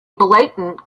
blatant